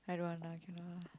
I don't want lah cannot lah